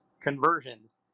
conversions